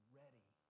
ready